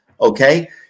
okay